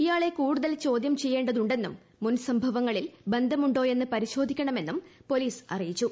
ഇയാളെ കൂടുതൽ ചോദ്യാ ചെയ്യേണ്ടതുണ്ടെന്നും മുൻ സംഭവങ്ങളിൽ ബന്ധമുണ്ടോയെന്ന് പരിശോധിക്കണമെന്നും പോലീസ് അറിയിച്ചു